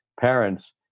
parents